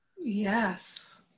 Yes